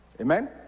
Amen